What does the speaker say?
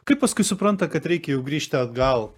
kaip paskui supranta kad reikia jau grįžti atgal